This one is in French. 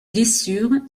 blessures